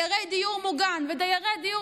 את השכירות של דיירי הדיור המוגן ודיירי הדיור